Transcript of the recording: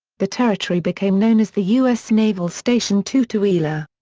the territory became known as the u s. naval station tutuila.